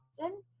often